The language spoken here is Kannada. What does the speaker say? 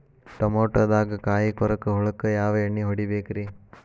ಟಮಾಟೊದಾಗ ಕಾಯಿಕೊರಕ ಹುಳಕ್ಕ ಯಾವ ಎಣ್ಣಿ ಹೊಡಿಬೇಕ್ರೇ?